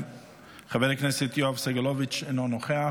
חבר הכנסת יואב סגלוביץ' אינו נוכח,